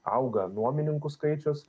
auga nuomininkų skaičius